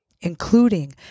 including